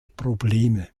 probleme